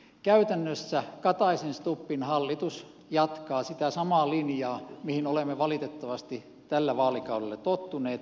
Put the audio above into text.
käytännössä kataisenstubbin hallitus jatkaa sitä samaa linjaa mihin olemme valitettavasti tällä vaalikaudella tottuneet